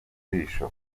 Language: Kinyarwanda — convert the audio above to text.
jisho